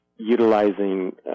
Utilizing